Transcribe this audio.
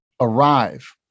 arrive